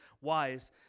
wise